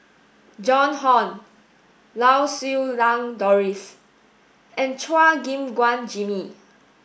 Joan Hon Lau Siew Lang Doris and Chua Gim Guan Jimmy